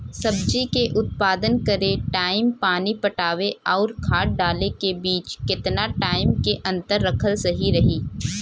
सब्जी के उत्पादन करे टाइम पानी पटावे आउर खाद डाले के बीच केतना टाइम के अंतर रखल सही रही?